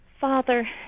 Father